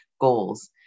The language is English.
goals